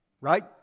Right